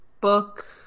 Book